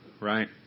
right